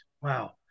Wow